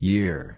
Year